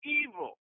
evil